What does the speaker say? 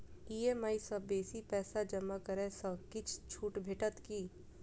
EMI सँ बेसी पैसा जमा करै सँ किछ छुट भेटत की?